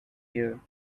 here